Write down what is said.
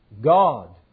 God